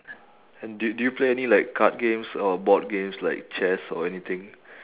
and do do you play any like card games or board games like chess or anything